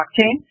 blockchain